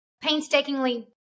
painstakingly